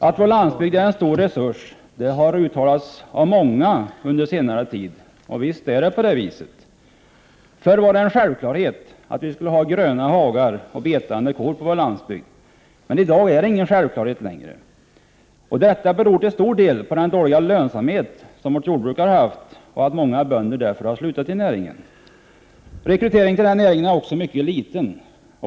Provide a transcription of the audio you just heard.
Att vår landsbygd är en stor resurs har uttalats av många under senare tid, och visst är det på det viset! Förr var det en självklarhet att vi skulle ha gröna hagar och betande kor på vår landsbygd. Men i dag är det inte någon självklarhet. Detta beror till stor del på den dåliga lönsamhet som jordbruken har haft. Många bönder har därför slutat i näringen. Rekryteringen till den näringen är också mycket liten.